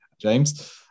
James